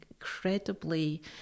incredibly